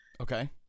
Okay